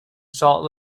salt